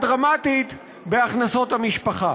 דרמטית בהכנסות המשפחה.